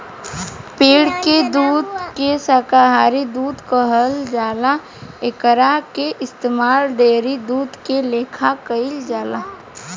पेड़ के दूध के शाकाहारी दूध कहल जाला एकरा के इस्तमाल डेयरी दूध के लेखा कईल जाला